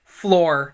floor